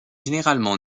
généralement